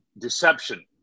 deception